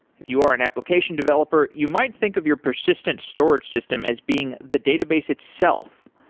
if you are an application developer, you might think of your persistent storage system as being the database itself.